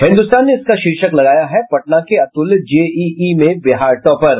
हिन्दुस्तान ने इसका शीर्षक लगाया है पटना के अतुल्य जेईई में बिहार टॉपर